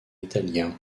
italien